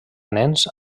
nens